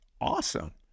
Awesome